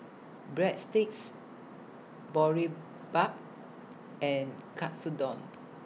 Breadsticks Boribap and Katsudon